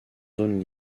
zone